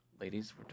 ladies